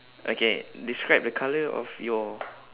okay describe the colour of your